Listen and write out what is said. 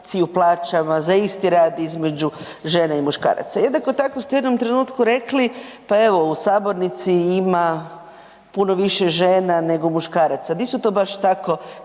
u plaćama za isti rad između žena i muškaraca. Jednako tako ste u jednom trenutku rekli, pa evo u sabornici ima puno više žena nego muškaraca. Nisu to baš tako